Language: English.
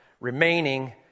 Remaining